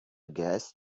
guess